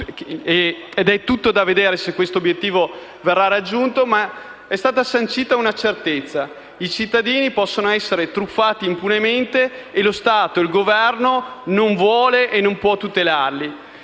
(ed è tutto da vedere se questo obiettivo verrà raggiunto), ma è stata sancita anche una certezza: i cittadini possono essere truffati impunemente e lo Stato, il Governo, non vuole e non può tutelarli.